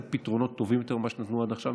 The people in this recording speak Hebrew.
פתרונות טובים יותר ממה שנתנו עד עכשיו,